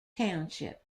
township